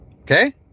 Okay